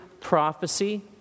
prophecy